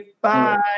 bye